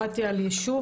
שמעתי על יישוב,